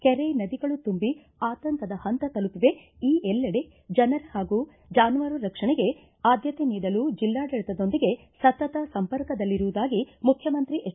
ಕೆರೆ ನದಿಗಳು ತುಂಬಿ ಆತಂಕದ ಹಂತ ತಲುಪಿವೆ ಈ ಎಲ್ಲೆಡೆ ಜನ ಹಾಗೂ ಜಾನುವಾರು ರಕ್ಷಣೆಗೆ ಆದ್ದತೆ ನೀಡಲು ಜಿಲ್ಲಾಡಳಿತದೊಂದಿಗೆ ಸತತ ಸಂಪರ್ಕದಲ್ಲಿರುವುದಾಗಿ ಮುಖ್ಯಮಂತ್ರಿ ಎಚ್